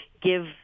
give